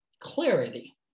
clarity